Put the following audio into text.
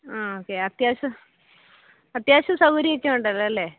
ആ ഓക്കെ അത്യാവശ്യം അത്യാവശ്യം സൗകര്യം ഒക്കെ ഉണ്ടല്ലോ അല്ലേ